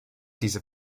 diese